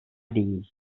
değil